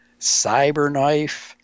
Cyberknife